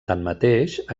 tanmateix